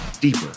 deeper